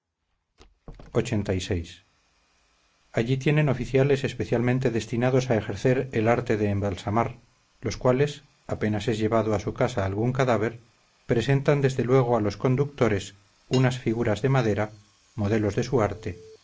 lxxxvi allí tienen oficiales especialmente destinados a ejercer el arte de embalsamar los cuales apenas es llevado a su casa algún cadáver presentan desde luego a los conductores unas figuras de madera modelos de su arte